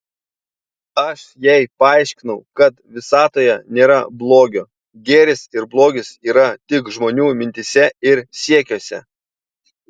aš jai paaiškinau kad visatoje nėra blogio gėris ir blogis yra tik žmonių mintyse ir siekiuose